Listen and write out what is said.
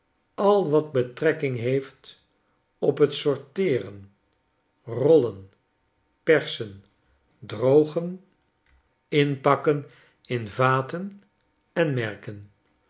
al wat betrekking heeft op het sorteeren rollen persen drogen schetsen uit ameeika inpakken in vaten en merken